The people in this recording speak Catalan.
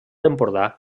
empordà